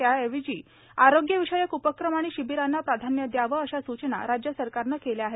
त्याऐवजी आरोग्यविषयक उपक्रम आणि शिबिरांना प्राधान्य द्यावं अशा सूचना राज्य सरकारनं केल्या आहेत